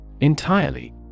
Entirely